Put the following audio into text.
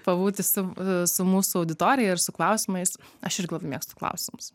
pabūti su su mūsų auditorija ir su klausimais aš irgi labai mėgstu klausimus